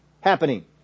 happening